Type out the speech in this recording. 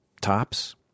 tops